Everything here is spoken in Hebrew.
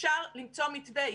אפשר למצוא מתווה.